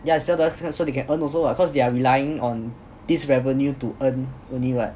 yeah so just so they can earn also lah cause they are relying on these revenue to earn only what